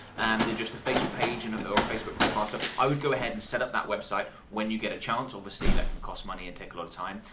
and then just a facebook page, and or facebook profile. so i would go ahead and set up that website when you get a chance. obviously that can cost money and take a lot of time,